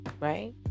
right